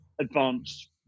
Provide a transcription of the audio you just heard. advanced